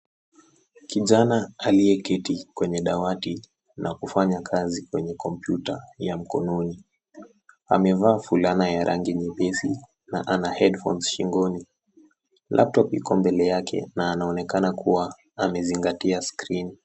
Kijana aliyeketi kwenye dawati na kufanya kazi kwenye kompyuta ya mkononi. Amevaa fulana na rangi nyepesi na ana cs[headphones]cs shingoni. cs[Laptop]cs iko mbele yake na anaonekana kuwa amezingatia skrini.